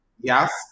yes